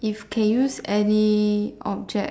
if can use any object